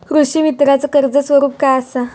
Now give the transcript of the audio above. कृषीमित्राच कर्ज स्वरूप काय असा?